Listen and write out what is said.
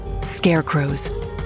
scarecrows